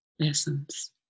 essence